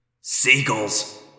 Seagulls